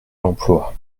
l’emploi